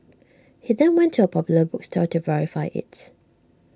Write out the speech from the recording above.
he then went to A popular bookstore to verify IT